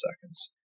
seconds